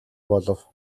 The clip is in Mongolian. болов